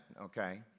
okay